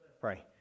Pray